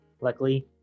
Luckily